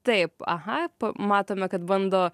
taip aha matome kad bando